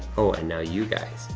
oh and now you guys,